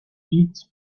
each